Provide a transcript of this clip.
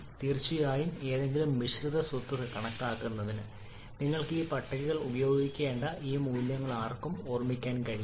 തീർച്ചയായും ഏതെങ്കിലും മിശ്രിത സ്വത്ത് കണക്കാക്കുന്നതിന് നിങ്ങൾ ഈ പട്ടികകൾ ഉപയോഗിക്കേണ്ട ഈ മൂല്യങ്ങൾ ആർക്കും ഓർമിക്കാൻ കഴിയില്ല